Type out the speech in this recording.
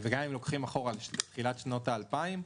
וגם אם לוקחים אחורה לתחילת שנות האלפיים.